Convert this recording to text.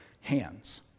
hands